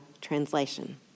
Translation